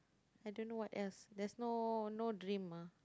I don't know what else there's no no dream ah